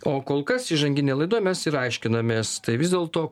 o kol kas įžanginėj laidoj mes ir aiškinamės tai vis dėlto